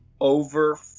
over